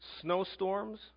snowstorms